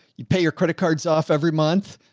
you pay your credit cards off every month.